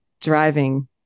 driving